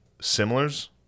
similars